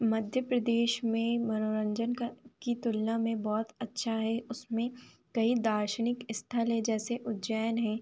मध्य प्रदेश में मनोरंजन क की तुलना में बहुत अच्छा है उसमें कई दार्शनिक स्थल हैं जैसे उज्जैन है